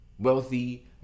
Wealthy